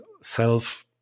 self